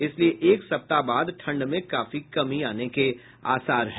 इसलिए एक सप्ताह बाद ठंड में काफी कमी आने के आसार है